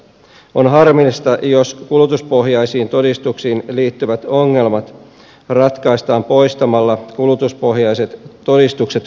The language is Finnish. on harmillista jos kulutuspohjaisiin todistuksiin liittyvät ongelmat ratkaistaan poistamalla kulutuspohjaiset todistukset kokonaan